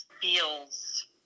feels